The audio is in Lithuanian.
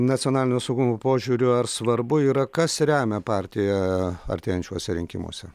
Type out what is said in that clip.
nacionalinio saugumo požiūriu ar svarbu yra kas remia partiją artėjančiuose rinkimuose